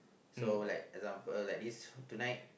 so like example like this tonight